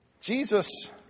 Jesus